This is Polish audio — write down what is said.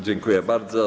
Dziękuję bardzo.